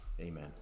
Amen